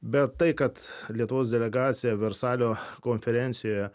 bet tai kad lietuvos delegacija versalio konferencijoje